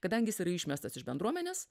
kadangi jis yra išmestas iš bendruomenės